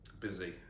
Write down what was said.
busy